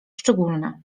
szczególne